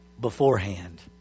Beforehand